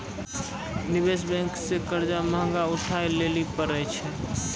निवेश बेंक से कर्जा महगा उठाय लेली परै छै